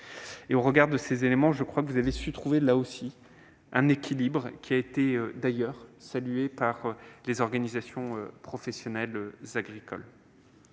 Au regard de ces éléments, je crois que vous avez su trouver, là aussi, un équilibre, qui a d'ailleurs été salué par les organisations professionnelles agricoles.